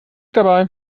dabei